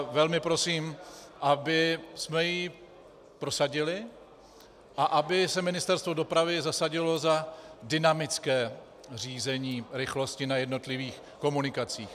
Velmi prosím, abychom ji prosadili a aby se Ministerstvo dopravy zasadilo za dynamické řízení rychlosti na jednotlivých komunikacích.